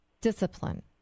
Discipline